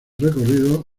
recorrido